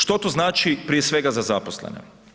Što to znači, prije svega za zaposlene?